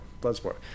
Bloodsport